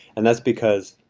and that's because,